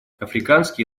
африканский